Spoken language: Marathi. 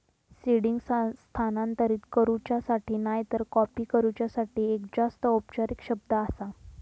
सीडिंग स्थानांतरित करूच्यासाठी नायतर कॉपी करूच्यासाठी एक जास्त औपचारिक शब्द आसा